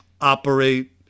operate